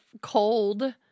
cold